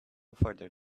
further